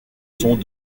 sont